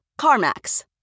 CarMax